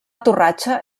torratxa